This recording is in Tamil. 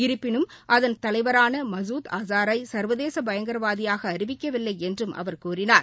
இருப்பினும் அதன் தலைவரான மசூத் ஆஸாரை சா்வதேச பயங்கரவாதியாக அறிவிக்கவில்லை என்றும் அவர் கூறினார்